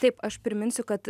taip aš priminsiu kad